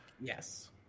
Yes